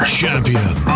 champion